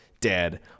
dead